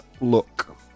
look